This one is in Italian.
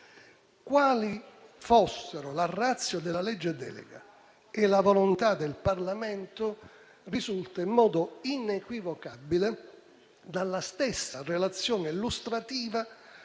Quali fossero la *ratio* della legge delega e la volontà del Parlamento risulta in modo inequivocabile dalla stessa relazione illustrativa